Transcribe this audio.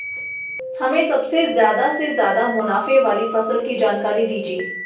हमें सबसे ज़्यादा से ज़्यादा मुनाफे वाली फसल की जानकारी दीजिए